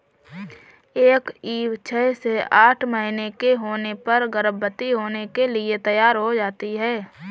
एक ईव छह से आठ महीने की होने पर गर्भवती होने के लिए तैयार हो जाती है